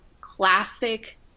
classic